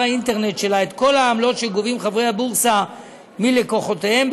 האינטרנט שלה את כל העמלות שחברי הבורסה גובים מלקוחותיהם,